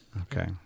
Okay